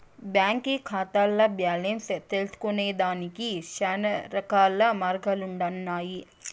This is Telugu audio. బాంకీ కాతాల్ల బాలెన్స్ తెల్సుకొనేదానికి శానారకాల మార్గాలుండన్నాయి